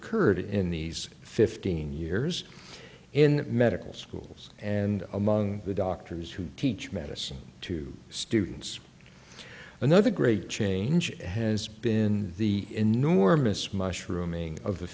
occurred in these fifteen years in medical schools and among the doctors who teach medicine to students another great change has been the enormous mushroom ing of the